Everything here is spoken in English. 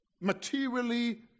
materially